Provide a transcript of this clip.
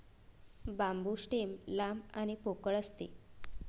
बांबू stem लांब आणि पोकळ असते